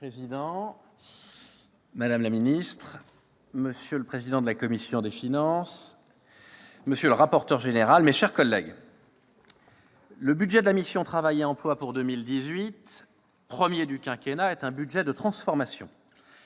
Monsieur le président, madame la ministre, monsieur le président de la commission des finances, monsieur le rapporteur général, mes chers collègues, le budget de la mission « Travail et emploi » pour 2018, premier du quinquennat, est un budget de transformation.